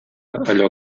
allò